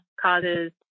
causes